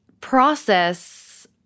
process